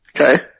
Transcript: Okay